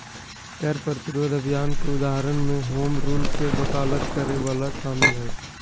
कर प्रतिरोध अभियान के उदाहरण में होम रूल के वकालत करे वला शामिल हइ